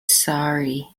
sorry